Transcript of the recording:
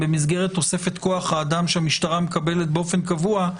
במסגרת תוספת כוח האדם שהמשטרה מקבלת באופן קבוע,